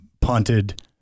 punted